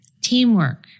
Teamwork